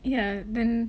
yeah then